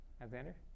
Alexander